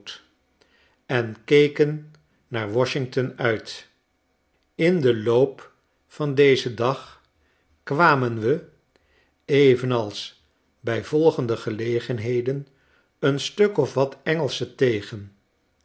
en keken naar washington uit in den loop van dezen dag kwamen we evenals bij volgende gelegenheden een stuk of wat engelschen tegen